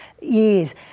years